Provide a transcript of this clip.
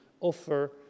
offer